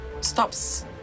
stops